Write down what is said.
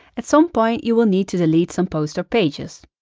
at some point, you will need to delete some posts or pages.